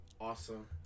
awesome